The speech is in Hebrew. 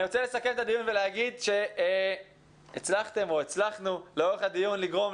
אני רוצה לסכם ולהגיד שהצלחתם או הצלחנו לאורך הדיון לגרום,